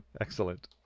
Excellent